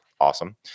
awesome